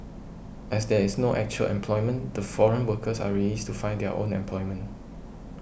as there is no actual employment the foreign workers are released to find their own employment